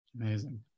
amazing